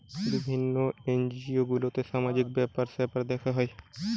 বিভিন্ন এনজিও গুলাতে সামাজিক ব্যাপার স্যাপার দেখা হয়